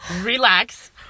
relax